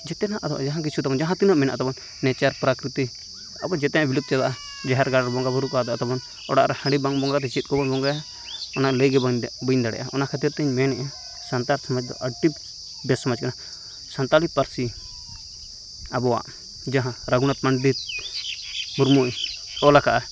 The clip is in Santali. ᱡᱮᱛᱮᱱᱟᱜ ᱡᱟᱦᱟ ᱠᱤᱪᱷᱩ ᱜᱮ ᱢᱮᱱᱟᱜ ᱛᱟᱵᱚᱱ ᱱᱮᱪᱟᱨ ᱯᱟᱨᱟᱠᱤᱨᱤᱛᱤ ᱟᱵᱚᱣᱟᱜ ᱡᱮᱛᱮᱭᱟᱜ ᱵᱤᱞᱩᱯᱛ ᱪᱟᱵᱟᱜᱼᱟ ᱡᱟᱦᱮᱨ ᱜᱟᱲ ᱨᱮ ᱵᱚᱸᱜᱟ ᱵᱩᱨᱩᱠᱚ ᱟᱫᱚᱜᱼᱟ ᱛᱟᱵᱚᱱ ᱚᱲᱟᱜ ᱨᱮ ᱦᱟᱸᱱᱰᱤ ᱵᱟᱝ ᱵᱚᱸᱜᱟ ᱠᱟᱛᱮᱫ ᱪᱮᱫ ᱠᱚᱵᱚᱱ ᱵᱚᱸᱜᱟᱭᱟ ᱚᱱᱟ ᱞᱟᱹᱭ ᱜᱮ ᱵᱟᱹᱧ ᱫᱟᱲᱮᱭᱟᱜᱼᱟ ᱚᱱᱟ ᱠᱷᱟᱛᱤᱨ ᱛᱮᱧ ᱢᱮᱱᱮᱜᱼᱟ ᱥᱟᱱᱛᱟᱲ ᱥᱚᱢᱟᱡᱽ ᱫᱚ ᱟᱰᱤ ᱵᱮᱥ ᱥᱚᱢᱟᱡᱽ ᱠᱚᱱᱟ ᱥᱟᱱᱛᱟᱞᱤ ᱯᱟᱹᱨᱥᱤ ᱟᱵᱚᱣᱟᱜ ᱡᱟᱦᱟᱸ ᱨᱟᱜᱷᱩᱱᱟᱛᱷ ᱯᱟᱱᱵᱤᱛ ᱢᱩᱨᱢᱩᱭ ᱚᱞ ᱞᱟᱠᱟᱜᱼᱟ